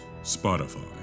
Spotify